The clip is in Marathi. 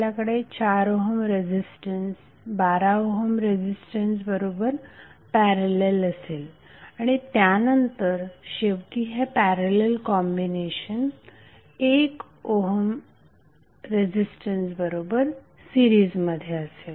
आपल्याकडे 4 ओहम रेझिस्टन्स 12 ओहम रेझिस्टन्स बरोबर पॅरलल असेल आणि त्यानंतर शेवटी हे पॅरलल कॉम्बिनेशन 1 ओहम रेझिस्टन्स बरोबर सीरिजमध्ये असेल